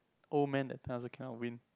old man that time also cannot win